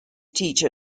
teach